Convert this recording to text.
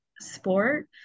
sport